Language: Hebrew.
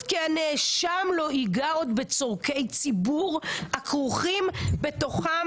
כי הנאשם לא ייגע עוד בצורכי ציבור הכרוכים בתוכם